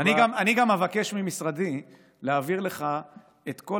אני גם אבקש ממשרדי להעביר לך את כל